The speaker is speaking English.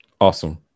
Awesome